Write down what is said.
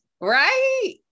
right